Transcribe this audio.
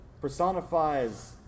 personifies